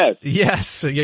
yes